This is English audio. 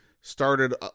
started